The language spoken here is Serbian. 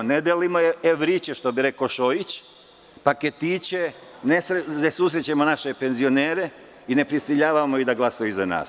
Ne delimo evriće, što bi rekao Šojić, paketiće, ne susrećemo naše penzionere i ne prisiljavamo ih da glasaju za nas.